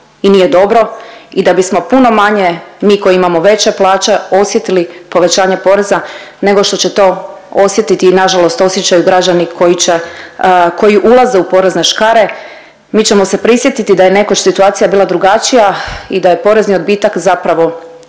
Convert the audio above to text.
i nije dobro i da bismo puno manje mi koji imamo veće plaće osjetili povećanje poreza, nego što će to osjetiti i nažalost osjećaju građani koji će, koji ulaze u porezne škare. Mi ćemo se prisjetiti da je nekoć situacija bila drugačija i da je porezni odbitak zapravo